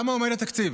על כמה עומד התקציב?